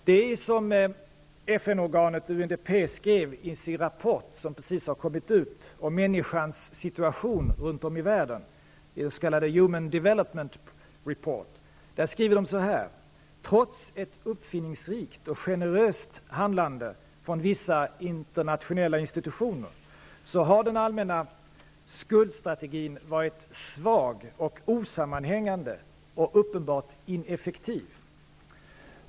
Det är som FN-organet UNDP skrev i sin rapport, som precis har kommit ut, om människors situation runt om i världen, den s.k. Human Development Report: ''Trots ett uppfinningsrikt och generöst handlande från vissa internationella institutioner har den allmänna skuldstrategin varit svag och osammanhängande och uppenbart ineffektiv''.